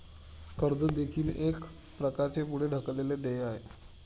कर्ज देखील एक प्रकारचे पुढे ढकललेले देय आहे